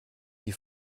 die